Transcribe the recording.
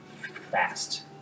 fast